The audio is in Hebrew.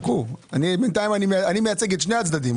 אני מייצג את שני הצדדים.